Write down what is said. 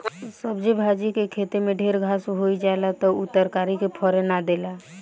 सब्जी भाजी के खेते में ढेर घास होई जाला त उ तरकारी के फरे ना देला